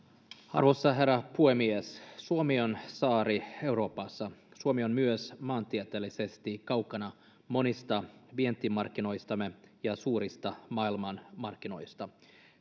arvoisa herra puhemies suomi on saari euroopassa suomi on myös maantieteellisesti kaukana monista vientimarkkinoistamme ja suurista maailmanmarkkinoista